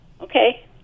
Okay